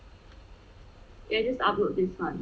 we'll just upload this one